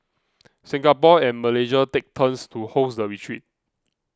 Singapore and Malaysia take turns to host the retreat